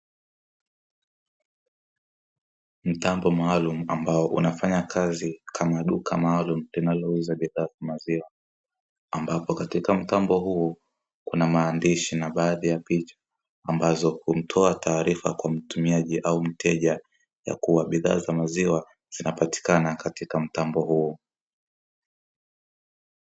Mtambo maalumu ambao unafanya kazi kama duka maalumu linalouza bidhaa za maziwa, ambapo katika mtambo huu kuna maandishi na baadhi ya picha ambazo hutoa taarifa kwa mtumiaji au mteja ya kuwa bidhaa za maziwa zinapatikana katika mtambo huo.